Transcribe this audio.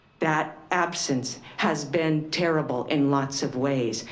that absence has been terrible in lots of ways,